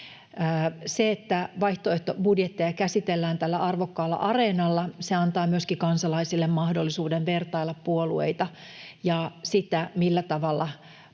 Se, että vaihtoehtobudjetteja käsitellään tällä arvokkaalla areenalla, antaa myöskin kansalaisille mahdollisuuden vertailla puolueita ja sitä, millä tavalla budjetit